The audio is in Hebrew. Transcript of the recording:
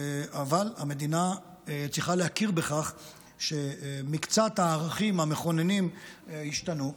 אבל המדינה צריכה להכיר בכך שמקצת הערכים המכוננים השתנו,